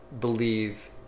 believe